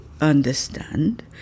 understand